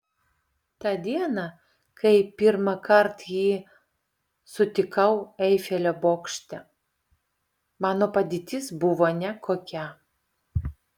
tą dieną kai pirmąkart jį sutikau eifelio bokšte mano padėtis buvo nekokia